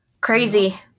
Crazy